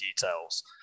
details